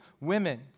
women